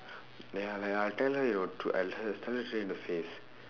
ya lah ya I'll tell her your tr~ I'll tell her straight in the face